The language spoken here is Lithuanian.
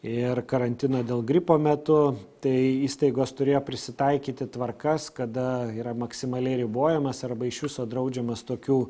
ir karantino dėl gripo metu tai įstaigos turėjo prisitaikyti tvarkas kada yra maksimaliai ribojamas arba iš viso draudžiamas tokių